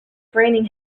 raining